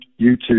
YouTube